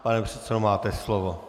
Pane předsedo, máte slovo.